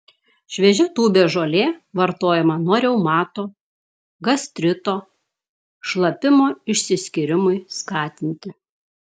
šviežia tūbės žolė vartojama nuo reumato gastrito šlapimo išsiskyrimui skatinti